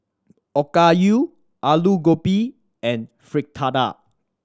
Okayu Alu Gobi and Fritada